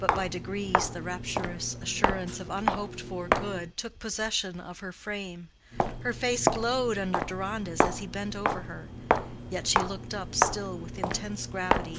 but by degrees the rapturous assurance of unhoped-for good took possession of her frame her face glowed under deronda's as he bent over her yet she looked up still with intense gravity,